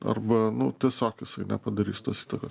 arba nu tiesiog jisai nepadarys tos įtakos